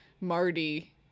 Marty